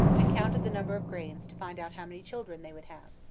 and counted the number of grains to find out how many children they would have.